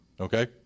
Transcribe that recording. okay